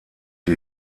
die